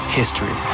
history